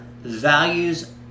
values